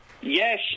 Yes